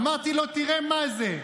אמרתי לו: תראה מה זה,